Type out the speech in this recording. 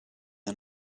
are